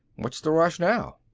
what's the rush now?